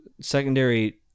Secondary